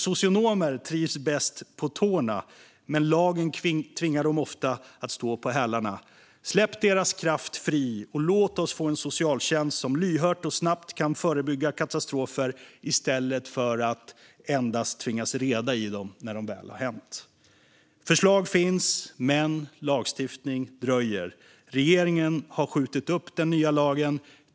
Socionomer trivs bäst på tårna, men lagen tvingar dem ofta att stå på hälarna. Släpp deras kraft fri och låt oss få en socialtjänst som lyhört och snabbt kan förebygga katastrofer i stället för att endast tvingas reda i dem när de väl har hänt! Förslag finns, men lagstiftning dröjer. Regeringen har skjutit upp den nya lagen.